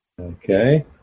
Okay